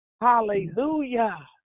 Hallelujah